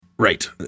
Right